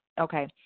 Okay